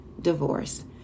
divorce